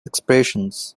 expressions